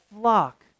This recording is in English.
flock